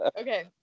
okay